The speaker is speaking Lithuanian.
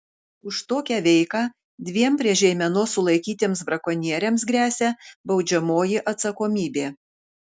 už tokią veiką dviem prie žeimenos sulaikytiems brakonieriams gresia baudžiamoji atsakomybė